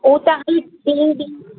उहो त